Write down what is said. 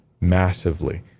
massively